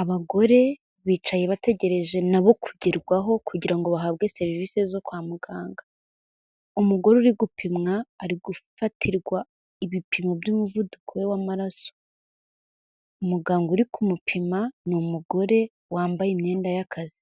Abagore bicaye bategereje na bo kugerwaho kugira ngo bahabwe serivisi zo kwa muganga, umugore uri gupimwa ari gufatirwa ibipimo by'umuvuduko we w'amaraso, umuganga uri kumupima ni umugore wambaye imyenda y'akazi,